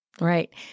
right